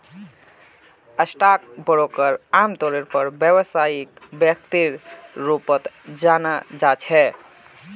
stock ब्रोकरक आमतौरेर पर व्यवसायिक व्यक्तिर रूपत जाना जा छे